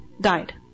died